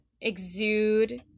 exude